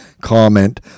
comment